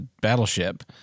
battleship